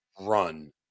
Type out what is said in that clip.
run